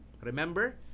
Remember